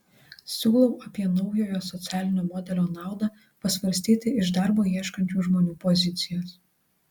siūlau apie naujojo socialinio modelio naudą pasvarstyti iš darbo ieškančių žmonių pozicijos